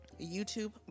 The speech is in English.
YouTube